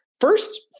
first